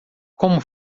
como